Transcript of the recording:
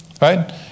Right